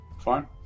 Fine